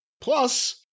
Plus